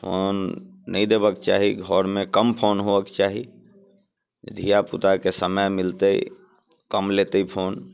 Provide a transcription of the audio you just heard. phone नहि देबयके चाही घरमे कम फोन होवयके चाही धियापुताके समय मिलतै कम लेतै फोन